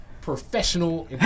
professional